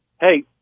hey